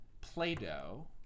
Play-Doh